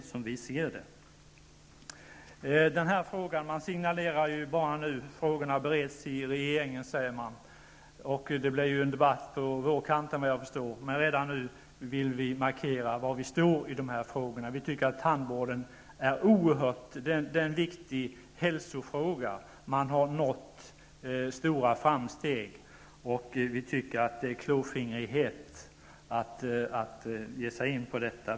Det som förs fram nu är signaler, eftersom man säger att de här frågorna bereds av regeringen. Det blir en debatt på vårkanten. Men redan nu vill vi markera var vi står i de här frågorna. Vi tycker att tandvården är en oerhört viktig hälsofråga. Man har gjort stora framsteg, och vi tycker att det är klåfingrighet att ge sig in på detta.